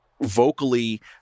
vocally